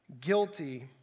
guilty